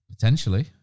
Potentially